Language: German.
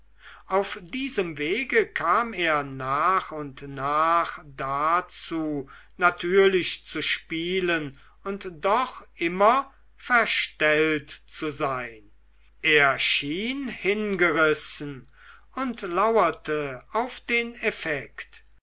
auf diesem wege kam er nach und nach dazu natürlich zu spielen und doch immer verstellt zu sein er schien hingerissen und lauerte auf den effekt